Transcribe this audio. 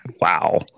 Wow